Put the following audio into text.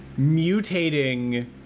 mutating